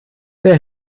wer